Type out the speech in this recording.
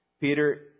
Peter